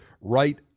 right